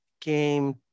came